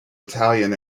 italian